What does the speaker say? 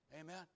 Amen